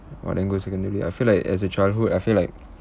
when I go secondary I feel like as a childhood I feel like